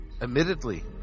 Admittedly